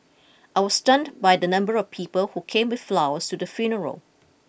I was stunned by the number of people who came with flowers to the funeral